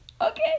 okay